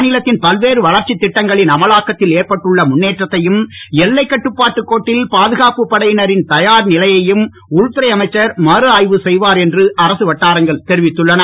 மாநிலத்தின் பல்வேறு வளர்ச்சி திட்டங்களின் அமலாக்கத்தில் ஏற்பட்டுள்ள முன்னேற்றத்தையும் எல்லைக் கட்டுப்பாட்டுக் கோட்டில் பாதுகாப்புப் படையினரின் தயார் நிலையையும் உள்துறை அமைச்சர் மறுஆய்வு செய்வார் என்று அரசு வட்டாரங்கள் தெரிவித்துள்ளன